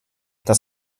das